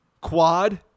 quad